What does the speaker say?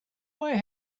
why